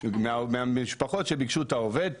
מהמשפחות שביקשו את העובד,